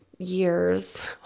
years